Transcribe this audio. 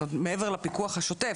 מעבר לפיקוח השוטף,